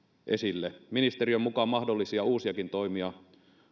esille ministeriön mukaan mahdollisia uusiakin toimia